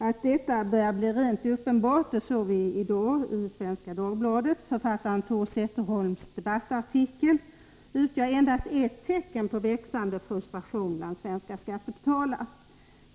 Att denna brist på balans börjar bli uppenbar kunde vi i dag se i Svenska Dagbladet. Författaren Tore Zetterholms debattartikel utgör endast ett tecken på en växande frustration bland svenska skattebetalare.